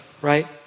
right